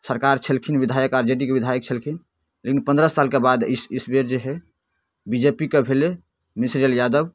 सरकार छलखिन विधायक आर जे डी के विधायक छलखिन लेकिन पनरह सालके बाद इस इस बेर जे हइ बी जे पी के भेलै मिसरी लाल यादव